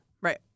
Right